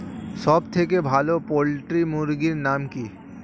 সবথেকে ভালো পোল্ট্রি মুরগির নাম কি?